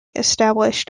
established